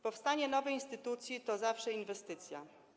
Powstanie nowej instytucji to zawsze inwestycja.